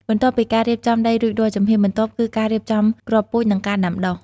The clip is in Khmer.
បន្ទាប់ពីការរៀបចំដីរួចរាល់ ជំហានបន្ទាប់គឺការរៀបចំគ្រាប់ពូជ និងការដាំដុះ។